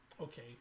okay